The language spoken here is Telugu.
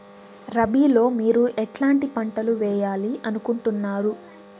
రబిలో మీరు ఎట్లాంటి పంటలు వేయాలి అనుకుంటున్నారు?